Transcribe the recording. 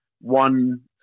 one